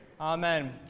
Amen